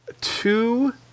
two